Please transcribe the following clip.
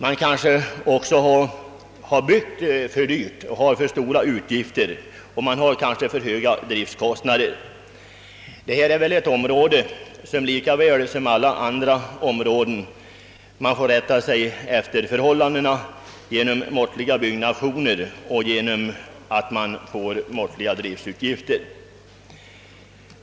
Man kanske också har byggt för dyrt och har för höga driftkostnader. På detta område lika väl som på alla andra får man väl rätta sig efter förhållandena genom att bygga måttligt dyrt och att inte skaffa sig alltför stora driftutgifter.